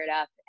up